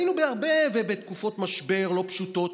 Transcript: היינו בהרבה, ובתקופות משבר לא פשוטות.